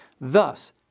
Thus